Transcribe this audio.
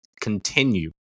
continue